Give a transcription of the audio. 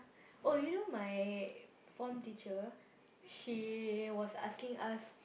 oh you know my form teacher she was asking us